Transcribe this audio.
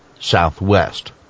Southwest